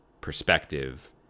perspective